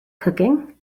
cooking